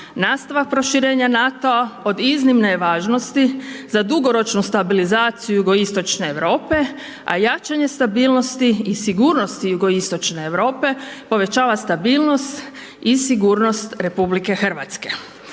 Nastavak proširenja NATO-a od iznimne je važnosti za dugoročnu stabilizaciju Jugoistočne Europe, a jačanje stabilnosti i sigurnosti Jugoistočne Europe povećava stabilnost i sigurnost RH.